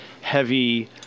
heavy